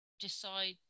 decide